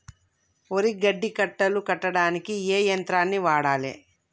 వరి గడ్డి కట్టలు కట్టడానికి ఏ యంత్రాన్ని వాడాలే?